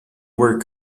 were